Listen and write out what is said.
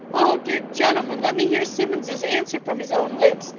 oh! dear gentlemen, let me hear simmuns's answer from his own lips.